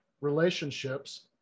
relationships